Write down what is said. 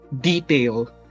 detail